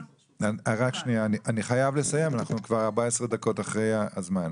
אני חייב לסיים כי אנחנו כבר 14 דקות אחרי הזמן.